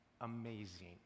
amazing